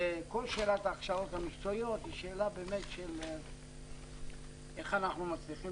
וכל שאלת ההכשרות המקצועיות היא שאלה של איך אנחנו מצליחים